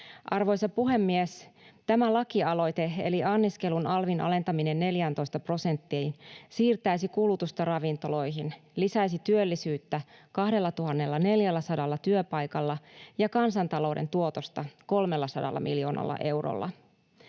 Arvoisa puhemies! Tämä lakialoite eli anniskelun alvin alentaminen 14 prosenttiin siirtäisi kulutusta ravintoloihin, lisäisi työllisyyttä 2 400 työpaikalla ja kansantalouden tuotosta 300 miljoonalla eurolla.